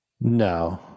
No